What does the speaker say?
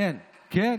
כמו ישראל ביתנו.